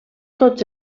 tots